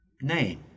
name